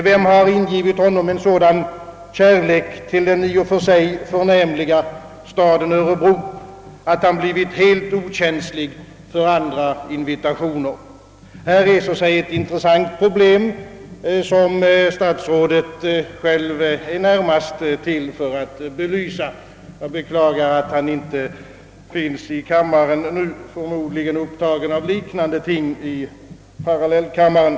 Vem har ingivit honom en sådan kärlek till den i och för sig förnämliga staden Örebro, att han blivit helt okänslig för andra invitationer? Här föreligger ett intressant problem, som statsrådet själv är närmast till att belysa. Jag beklagar, att statsrådet inte finns i kammaren nu, men han är förmodligen upptagen av liknande ting i parallellkammaren.